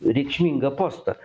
reikšmingą postą